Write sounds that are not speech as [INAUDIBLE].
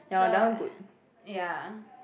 ya that one good [NOISE]